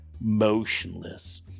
motionless